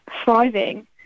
thriving